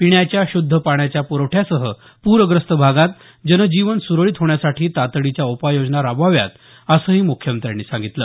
पिण्याच्या शुद्ध पाण्याच्या पुरवठ्यासह पूरग्रस्त भागात जनजीवन सुरळीत होण्यासाठी तातडीच्या उपाययोजना राबवाव्यात असंही मुख्यमंत्र्यांनी सांगितलं